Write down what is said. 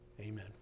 Amen